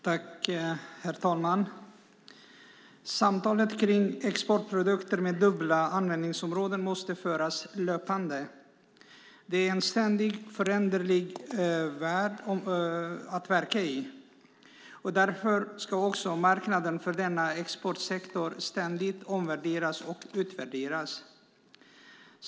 Herr talman! Samtalet om exportprodukter med dubbla användningsområden måste föras löpande. Det är en ständigt föränderlig värld att verka i. Därför ska också marknaden för denna exportsektor ständigt omvärderas och utvärderas.